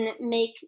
Make